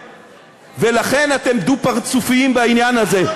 ולכן אתם דו-פרצופיים בעניין הזה,